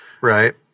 right